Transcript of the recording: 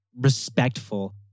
respectful